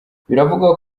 biravugwa